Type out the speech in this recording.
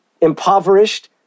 impoverished